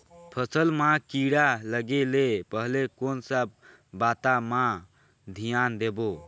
फसल मां किड़ा लगे ले पहले कोन सा बाता मां धियान देबो?